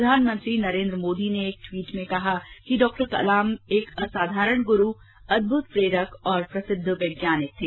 प्रधानमंत्री नरेन्द्र मोदी ने कहा कि डॉक्टर कलाम एक असाधारण गुरू अदभूत प्रेरक और प्रसिद्ध वैज्ञानिक थे